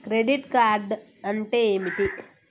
Credit card అంటే ఏమిటి?